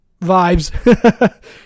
vibes